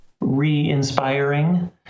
re-inspiring